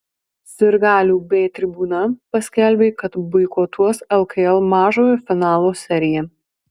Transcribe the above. sirgalių b tribūna paskelbė kad boikotuos lkl mažojo finalo seriją